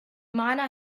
miner